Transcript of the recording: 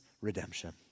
redemption